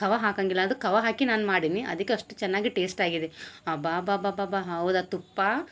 ಖೋವ ಹಾಕಂಗಿಲ್ಲ ಅದು ಖೋವ ಹಾಕಿ ನಾನು ಮಾಡೀನಿ ಅದಕ್ಕೆ ಅಷ್ಟು ಚೆನ್ನಾಗಿ ಟೇಸ್ಟ್ ಆಗಿದೆ ಅಬ್ಬಾ ಅಬಬಬಬ ಹೌದಾ ತುಪ್ಪ